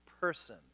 person